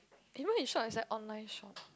even you shop is at online shop